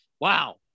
Wow